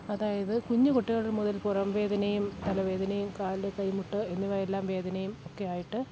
അതായത് കുഞ്ഞു കുട്ടികൾ മുതൽ പുറം വേദനയും തല വേദനയും കാല് കൈമുട്ട് എന്നിവയെല്ലാം വേദനയും ഒക്കെ ആയിട്ട്